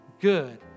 good